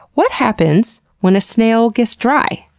what happens when a snail gets dry?